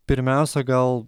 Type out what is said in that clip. pirmiausia gal